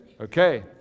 Okay